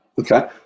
Okay